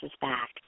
back